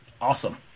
Awesome